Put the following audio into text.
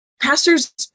pastors